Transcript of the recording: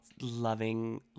loving